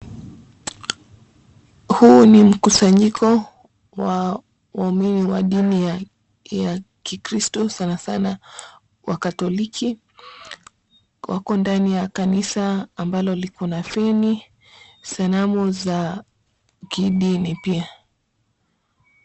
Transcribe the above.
Huu ni mkusanyiko wa waumini wa dini ya kikristo 𝑠𝑎𝑛𝑎 sana wakatoliki. Wako ndani ya kanisa ambalo liko na feni, sanamu za kidini pia.